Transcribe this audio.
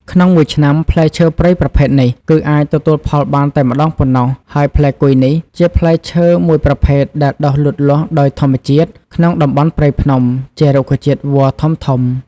ក្នុងមួយឆ្នាំផ្លែឈើព្រៃប្រភេទនេះ គឺអាចទទួលផលបានតែម្តងប៉ុណ្ណោះ ហើយផ្លែគុយនេះ ជាផ្លែឈើមួយប្រភេទដែលដុះលូតលាស់ដោយធម្មជាតិ ក្នុងតំបន់ព្រៃភ្នំ ជារុក្ខជាតិវល្លិធំៗ។